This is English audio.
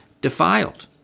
defiled